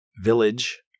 Village